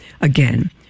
Again